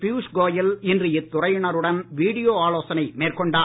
பீயுஷ் கோயல் குறித்து இன்று இத்துறையினருடன் வீடியோ ஆலோசனை மேற்கொண்டார்